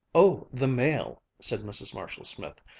oh, the mail, said mrs. marshall-smith.